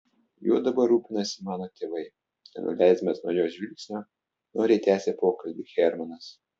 juo dabar rūpinasi mano tėvai nenuleisdamas nuo jos žvilgsnio noriai tęsė pokalbį hermanas